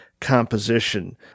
composition